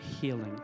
healing